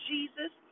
Jesus